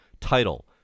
title